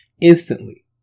instantly